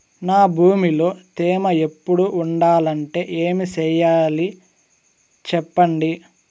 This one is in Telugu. నా భూమిలో తేమ ఎప్పుడు ఉండాలంటే ఏమి సెయ్యాలి చెప్పండి?